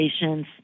patients